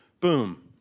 boom